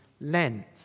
length